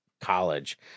college